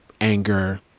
anger